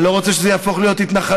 אני לא רוצה שזה יהפוך להיות התנחלות.